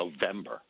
November